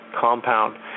compound